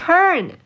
Turn